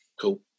Cool